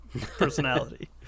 personality